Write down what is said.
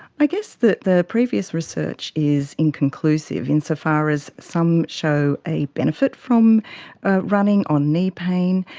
i guess that the previous research is inconclusive insofar as some show a benefit from running on knee pain,